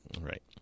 Right